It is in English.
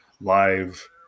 live